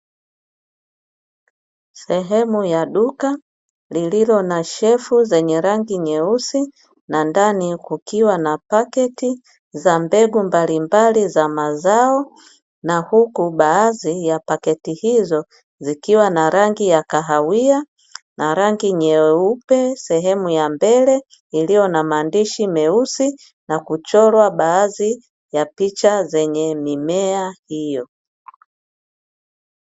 Sehemu ya duka lililo na shelfu zenye rangi nyeusi na ndani kukiwa na paketi za mbegu mbalimbali za mazao, na huku baadhi ya paketi hizo zikiwa na rangi ya kahawia na rangi nyeupe sehemu ya mbele; iliyo na maandishi meusi na kuchorwa baadhi ya picha za mimea hiyo.